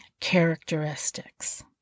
characteristics